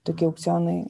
tokie aukcionai